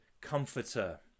comforter